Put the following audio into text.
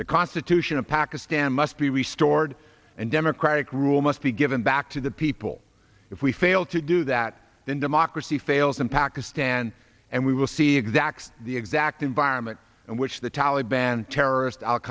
the constitution of pakistan must be restored and democratic rule must be given back to the people if we fail to do that then democracy fails in pakistan and we will see exactly the exact environment and which the taliban terrorists al